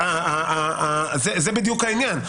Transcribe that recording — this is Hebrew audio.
זה בדיוק העניין.